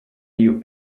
you